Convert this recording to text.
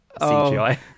cgi